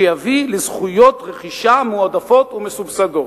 שיביא לזכויות רכישה מועדפות ומסובסדות.